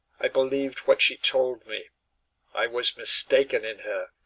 i believed what she told me i was mistaken in her.